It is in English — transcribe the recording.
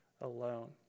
alone